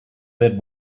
let